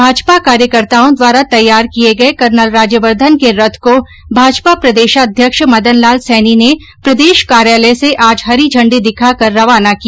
भाजपा कार्यकर्ताओं द्वारा तैयार किये गये कर्नल राज्यवर्धन के रथ को भाजपा प्रदेशाध्यक्ष मदनलाल सैनी ने प्रदेश कार्यालय से आज हरी झंडी दिखाकर रवाना किया